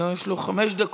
לא, יש לו חמש דקות.